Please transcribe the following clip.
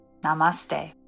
Namaste